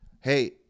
hey